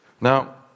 Now